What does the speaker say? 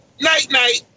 Night-night